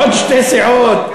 עוד שתי סיעות.